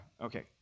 Okay